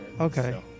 okay